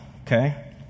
okay